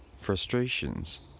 frustrations